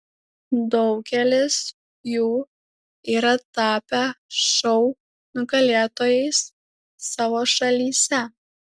daugelis jų yra tapę šou nugalėtojais savo šalyse